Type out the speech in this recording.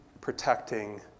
protecting